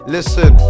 Listen